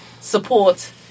support